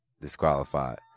disqualified